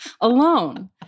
alone